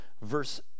verse